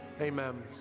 Amen